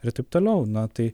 ir taip toliau na tai